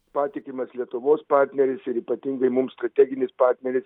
patikimas lietuvos partneris ir ypatingai mums strateginis partneris